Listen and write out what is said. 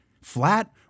flat